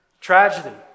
tragedy